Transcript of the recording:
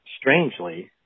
strangely